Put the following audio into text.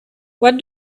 what